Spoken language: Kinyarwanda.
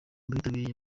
bitabiriye